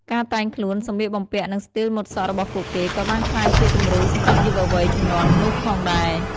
ការតែងខ្លួន សម្លៀកបំពាក់ និងស្ទីលម៉ូដសក់របស់ពួកគេក៏បានក្លាយជាគំរូសម្រាប់យុវវ័យជំនាន់នោះផងដែរ។